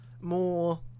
more